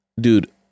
dude